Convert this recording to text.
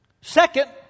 Second